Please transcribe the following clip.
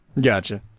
Gotcha